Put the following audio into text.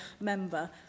member